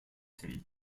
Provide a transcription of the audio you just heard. him